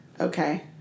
Okay